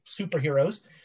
superheroes